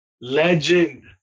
Legend